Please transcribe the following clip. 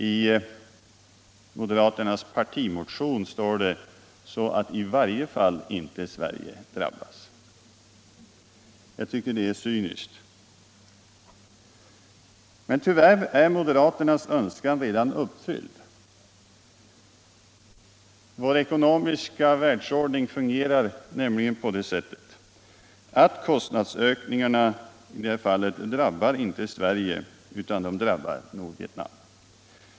I moderaternas partimotion står det ”så att i varje fall inte Sverige drabbas”. Jag tycker det är cyniskt. Men tyvärr är moderaternas önskan redan uppfvlld. Vår ckonomiska världsordning fungerar nämligen så att kostnadsökningarna i detta fall inte drabbar Sverige — de drabbar Nordvietnam.